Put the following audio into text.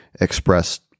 expressed